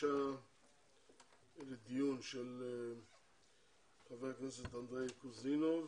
בקשה לדיון של חבר הכנסת אנדרי קוז'ינוב.